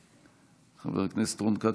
חבר הכנסת רון כץ,